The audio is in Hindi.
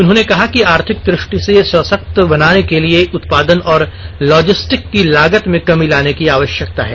उन्होंने कहा कि आर्थिक दृष्टि से सशक्त बनने के लिए उत्पादन और लाजिस्टिक की लागत में कमी लाने की आवश्यकता है